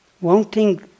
wanting